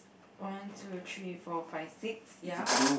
one two three four five six ya